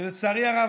ולצערי הרב,